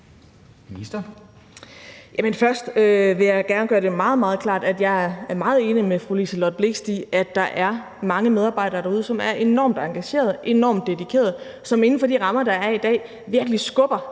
først vil jeg gerne gøre det meget, meget klart, at jeg at meget enig med fru Liselott Blixt i, at der er mange medarbejdere derude, som er enormt engagerede, enormt dedikerede, og som inden for de rammer, der er i dag, virkelig skubber